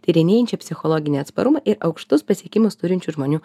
tyrinėjančia psichologinį atsparumą ir aukštus pasiekimus turinčių žmonių